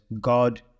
God